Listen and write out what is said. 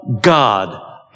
God